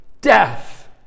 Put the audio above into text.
death